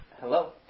Hello